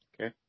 Okay